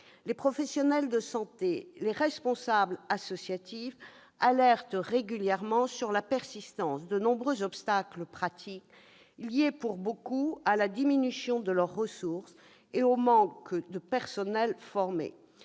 Les professionnels de santé et les responsables associatifs alertent régulièrement sur la persistance de nombreux obstacles pratiques liés à la diminution de leurs ressources et au manque de personnel formé.